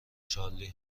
چارلی